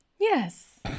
Yes